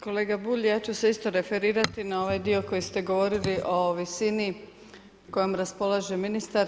Kolega Bulj, ja ću se isto referirati na ovaj dio koji ste govorili o visini kojom raspolaže ministar.